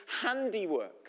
handiwork